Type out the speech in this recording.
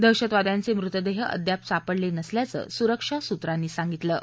दहशतवाद्यांचे मृतदेह अद्याप सापडले नसल्याचं सुरक्षा सुत्रांनी सांगितलं आहे